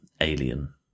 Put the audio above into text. alien